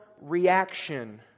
reaction